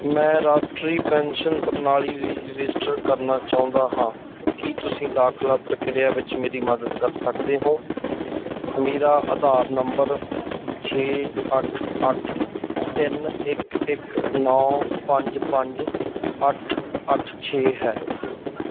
ਮੈਂ ਰਾਸ਼ਟਰੀ ਪੈਨਸ਼ਨ ਪ੍ਰਣਾਲੀ ਲਈ ਰਜਿਸਟਰ ਕਰਨਾ ਚਾਹੁੰਦਾ ਹਾਂ ਕੀ ਤੁਸੀਂ ਦਾਖਲਾ ਪ੍ਰਕਿਰਿਆ ਵਿੱਚ ਮੇਰੀ ਮਦਦ ਕਰ ਸਕਦੇ ਹੋ ਮੇਰਾ ਆਧਾਰ ਨੰਬਰ ਛੇ ਅੱਠ ਅੱਠ ਤਿੰਨ ਇੱਕ ਇੱਕ ਨੌਂ ਪੰਜ ਪੰਜ ਅੱਠ ਅੱਠ ਛੇ ਹੈ